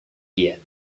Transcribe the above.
giat